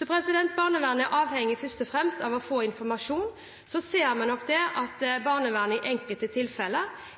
Barnevernet er først og fremst avhengig av å få informasjon. Så ser vi nok at barnevernet i enkelte tilfeller